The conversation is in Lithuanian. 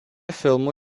filmų